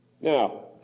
Now